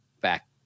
back